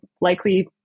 likely